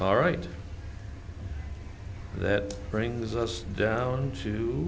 all right that brings us down to